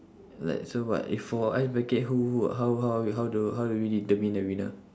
like so what if for ice bucket who who how how how do how do we determine the winner